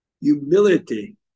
Humility